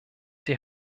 die